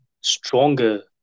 stronger